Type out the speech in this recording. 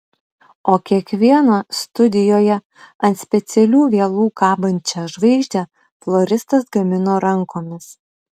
o kiekvieną studijoje ant specialių vielų kabančią žvaigždę floristas gamino rankomis